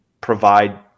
provide